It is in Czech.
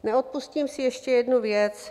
Neodpustím si ještě jednu věc.